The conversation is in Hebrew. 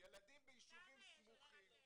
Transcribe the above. ילדים ביישובים סמוכים.